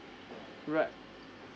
right